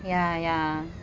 ya ya